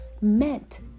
meant